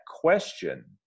question